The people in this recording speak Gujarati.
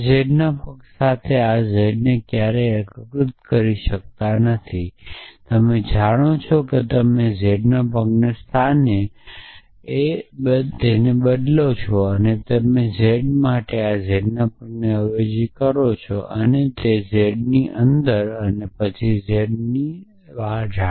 તમે z ના પગ સાથે z ને ક્યારેય એકીકૃત કરી શકતા નથી તમે જાણો છો કે જો તમે ઝેડના પગના સ્થાને બદલો છો તો તમારે આ z માટે ઝેડના પગને પણ અવેજી કરવી પડશે પછી ઝેડની અંદર પછી ઝેડની અંદર